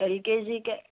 ఎల్కేజికే